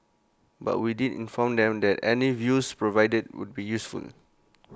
but we did inform them that any views provided would be useful